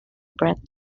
bred